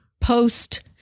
post